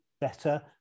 better